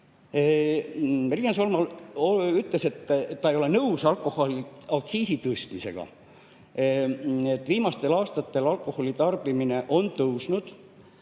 Riina Solman ütles, et ta ei ole nõus alkoholiaktsiisi tõstmisega. Viimastel aastatel on alkoholi tarbimine tõusnud